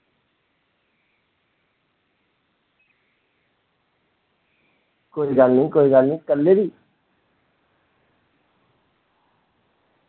कोई गल्ल निं कोई गल्ल निं कल्लै दी